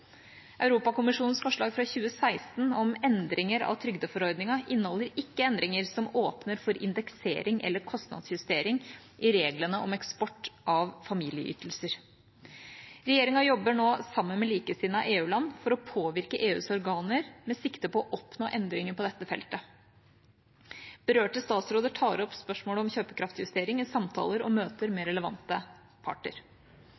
Europakommisjonens forslag fra 2016 om endringer av trygdeforordningen inneholder ikke endringer som åpner for indeksering eller kostnadsjustering i reglene om eksport av familieytelser. Regjeringa jobber nå sammen med likesinnede EU-land for å påvirke EUs organer med sikte på å oppnå endringer på dette feltet. Berørte statsråder tar opp spørsmålet om kjøpekraftjustering i samtaler og møter med relevante parter.